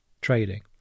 trading